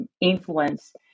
influence